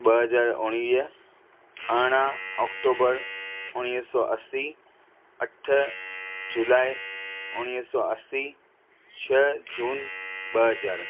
ॿ हज़ार उणिवीह अरिड़हं अक्टोबर उणिवीह सौ असी अठ जुलाई उणिवीह सौ असी छह जून ॿ हज़ार